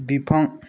बिफां